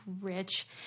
rich